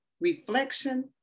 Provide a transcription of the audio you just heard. reflection